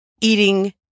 eating